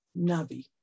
Navi